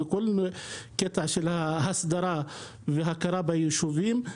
וכל הקטע של ההסדרה וההכרה ביישובים.